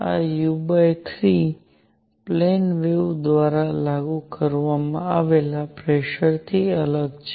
આ u3 plane wave દ્વારા લાગુ કરવામાં આવેલા પ્રેસરથી અલગ છે